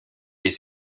est